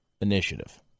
Initiative